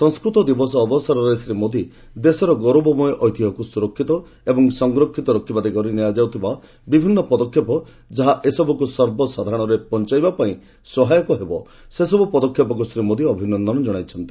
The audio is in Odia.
ସଂସ୍କୃତ ଦିବସ ଅବସରରେ ଶ୍ରୀ ମୋଦି ଦେଶର ଗୌରବମୟ ଐତିହ୍ୟକୁ ସ୍ତରକ୍ଷିତ ଏବଂ ସଂରକ୍ଷିତ ରଖିବା ଦିଗରେ ନିଆଯାଉଥିବା ବିଭିନ୍ନ ପଦକ୍ଷେପ ଯାହା ଏସବୁକୁ ସର୍ବସାଧାରଣରେ ପହଞ୍ଚିବା ପାଇଁ ସହାୟକ ହେବ ସେହିସବୁ ପଦକ୍ଷେପକୁ ଶ୍ରୀ ମୋଦି ପ୍ରଶଂସା କରିଛନ୍ତି